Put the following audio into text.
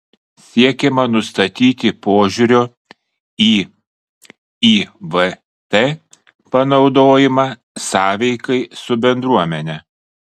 siekiama nustatyti požiūrio į ivt panaudojimą sąveikai su bendruomene